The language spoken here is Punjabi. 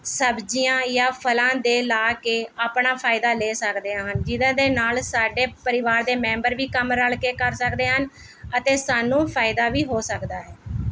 ਸਬਜ਼ੀਆਂ ਯਾ ਫਲਾਂ ਦੇ ਲਗਾ ਕੇ ਆਪਣਾ ਫਾਇਦਾ ਲੈ ਸਕਦੇ ਹਨ ਜਿਹਨਾਂ ਦੇ ਨਾਲ਼ ਸਾਡੇ ਪਰਿਵਾਰ ਦੇ ਮੈਂਬਰ ਵੀ ਕੰਮ ਰਲ ਕੇ ਕਰ ਸਕਦੇ ਹਨ ਅਤੇ ਸਾਨੂੰ ਫਾਇਦਾ ਵੀ ਹੋ ਸਕਦਾ ਹੈ